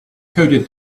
coded